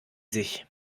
sich